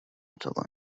تظن